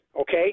okay